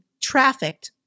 trafficked